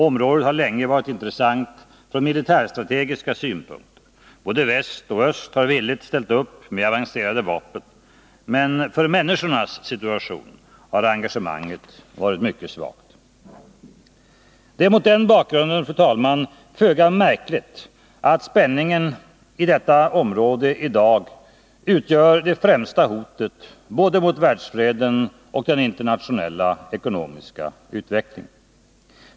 Området har länge varit intressant från militärstrategiska synpunkter — både väst och öst har villigt ställt upp med avancerade vapen — men för människornas situation har engagemanget varit svagt. Det är mot den bakgrunden föga märkligt att spänningen i hela detta område i dag utgör det främsta hotet mot både världsfreden och den internationella ekonomiska utvecklingen.